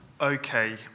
Okay